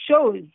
shows